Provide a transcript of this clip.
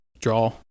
draw